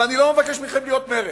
ואני לא מבקש מכם להיות מרצ,